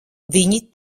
viņi